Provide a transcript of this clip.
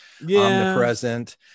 omnipresent